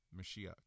Mashiach